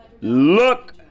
look